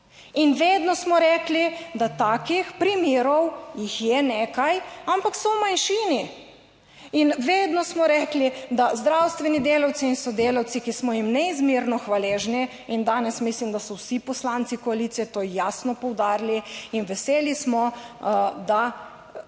In vedno smo rekli, da takih primerov jih je nekaj, ampak so v manjšini. In vedno smo rekli, da zdravstveni delavci in sodelavci, ki smo jim neizmerno hvaležni, in danes mislim, da so vsi poslanci koalicije to jasno poudarili in veseli smo, da